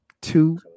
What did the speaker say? Two